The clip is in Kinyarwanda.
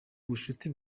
bucuti